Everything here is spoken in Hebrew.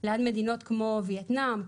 ליד מדינות כמו וייאטנם,